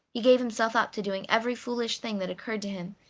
he gave himself up to doing every foolish thing that occurred to him,